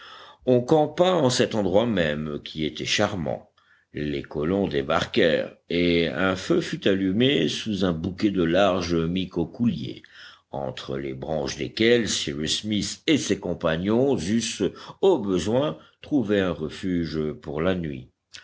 on campa en cet endroit même qui était charmant les colons débarquèrent et un feu fut allumé sous un bouquet de larges micocouliers entre les branches desquels cyrus smith et ses compagnons eussent au besoin trouvé un refuge pour la nuit